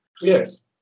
Yes